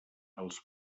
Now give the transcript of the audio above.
els